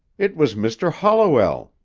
it was mr. holliwell,